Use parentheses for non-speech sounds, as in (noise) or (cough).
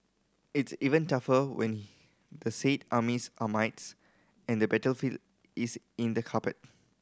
it's even tougher when (unintelligible) the said armies are mites and the battlefield is in the carpet